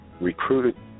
recruited